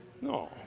No